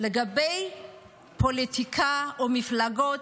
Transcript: לגבי פוליטיקה או מפלגות,